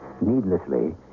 needlessly